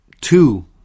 two